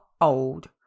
old